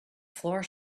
floor